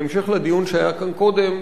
בהמשך לדיון שהיה כאן קודם,